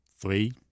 three